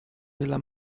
della